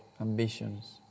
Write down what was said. Ambitions